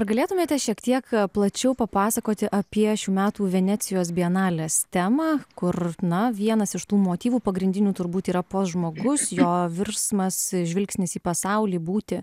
ar galėtumėte šiek tiek plačiau papasakoti apie šių metų venecijos bienales temą kur na vienas iš tų motyvų pagrindinių turbūt yra pats žmogus jo virsmas žvilgsnis į pasaulį būti